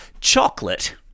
chocolate